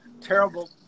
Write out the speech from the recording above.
Terrible